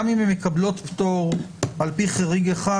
גם אם הן מקבלות פטור על-פי חריג אחד,